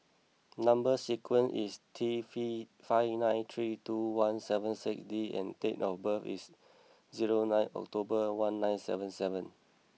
number sequence is T five nine three two one seven six D and date of birth is zero nine October one nine seven seven